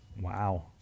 Wow